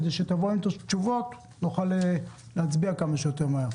כדי שלא יהיה מצב שבו יתחיל ניסוי,